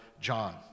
john